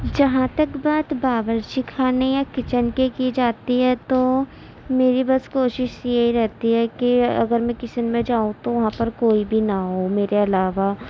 جہاں تک بات باورچی کھانے یا کچن کی کی جاتی ہے تو میرے بس کوشش یہی رہتی ہے کہ اگر میں کچن میں جاؤں تو وہاں پر کوئی بھی نہ ہو میرے علاوہ